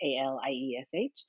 A-L-I-E-S-H